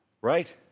right